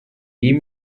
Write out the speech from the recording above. iyi